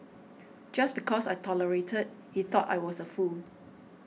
just because I tolerated he thought I was a fool